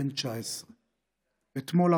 בן 19. אתמול,